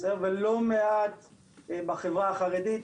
ולא מעט בחברה החרדית.